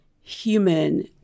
human